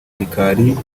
gikari